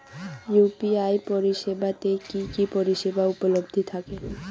UPI পরিষেবা তে কি কি পরিষেবা উপলব্ধি থাকে?